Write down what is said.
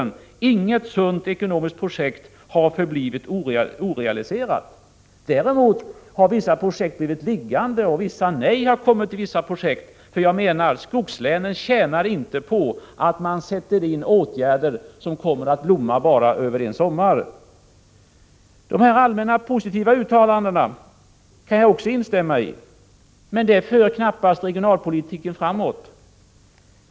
Inget sunt ekonomiskt projekt har förblivit orealiserat under de senaste tre åren. Däremot har vissa projekt blivit liggande, och vi har sagt nej till andra projekt. Skogslänen tjänar inte på att man sätter in åtgärder som kommer att blomma bara över en sommar. De allmänna positiva uttalandena kan jag också instämma i, men det för knappast regionalpolitiken framåt.